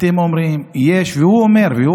אתם אומרים שיש, והוא אומר: